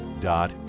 dot